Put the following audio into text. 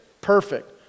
perfect